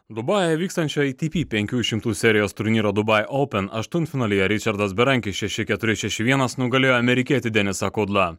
dubajuje vykstančio ei iti pi penkių šimtų serijos turnyro dubai oupen aštuntfinalyje ričardas berankis šeši keturi šeši vienas nugalėjo amerikietį denisą kudlą